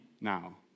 now